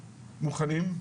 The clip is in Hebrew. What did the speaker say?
מוכנים,